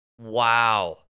Wow